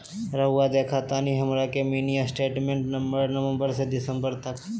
रहुआ देखतानी हमरा के मिनी स्टेटमेंट नवंबर से दिसंबर तक?